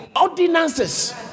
Ordinances